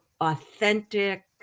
authentic